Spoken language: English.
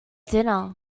dinner